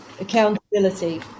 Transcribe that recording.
accountability